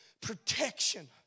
protection